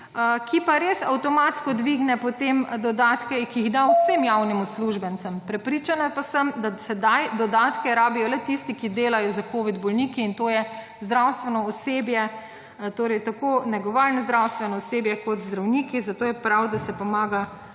ki pa res avtomatsko dvigne potem dodatke, ki jih da… / znak za konec razprave/ vsem javnim uslužbencem. Prepričana pa sem, da sedaj dodatke rabijo le tisti, ki delajo s Covid bolniki, in to je zdravstveno osebje, torej tako negovalno zdravstveno osebje kot zdravniki. Zato je prav, da se pomaga